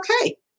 okay